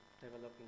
developing